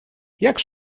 jak